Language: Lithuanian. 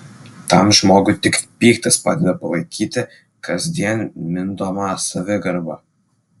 tam žmogui tik pyktis padeda palaikyti kasdien mindomą savigarbą